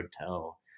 hotel